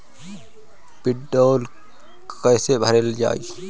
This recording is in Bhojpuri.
वीडरौल कैसे भरल जाइ?